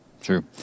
True